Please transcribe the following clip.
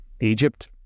Egypt